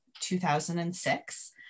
2006